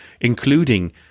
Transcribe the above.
including